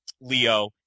Leo